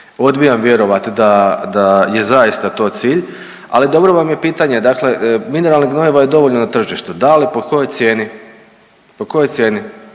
Odbijam vjerovat da, da je zaista to cilj, ali dobro vam je pitanje, dakle mineralnih gnojiva je dovoljno na tržištu, da, ali po kojoj cijeni, po kojoj cijeni?